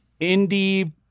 indie